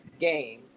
game